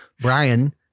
Brian